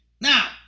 Now